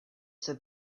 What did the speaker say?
said